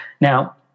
now